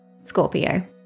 Scorpio